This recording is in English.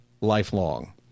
lifelong